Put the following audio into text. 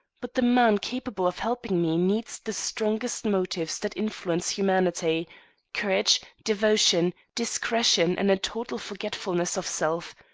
but the man capable of helping me needs the strongest motives that influence humanity courage, devotion, discretion, and a total forgetfulness of self.